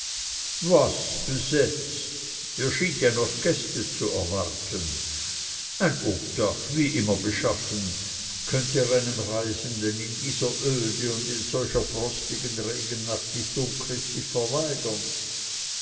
was besetzt ihr schient ja noch gäste zu erwarten ein obdach wie immer beschaffen könnt ihr einem reisenden in dieser ode und in solcher frostigen regennacht nicht unchristlich verweigern